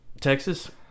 Texas